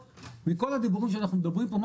מכל הדיבורים שאנחנו מדברים פה מה